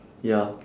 ya